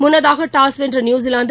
முன்னதாஸ் toss வென்ற New Zealand